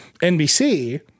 NBC